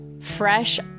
fresh